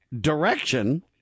direction